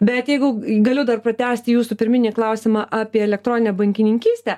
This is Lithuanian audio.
bet jeigu galiu dar pratęsti jūsų pirminį klausimą apie elektroninę bankininkystę